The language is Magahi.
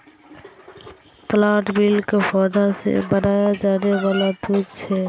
प्लांट मिल्क पौधा से बनाया जाने वाला दूध छे